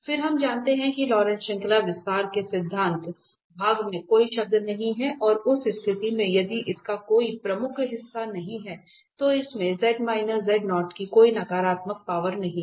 फिर हम जानते हैं कि लॉरेंट श्रृंखला विस्तार के सिद्धांत भाग में कोई शब्द नहीं है और उस स्थिति में यदि इसका कोई प्रमुख हिस्सा नहीं है तो इसमें की कोई नकारात्मक पावर नहीं है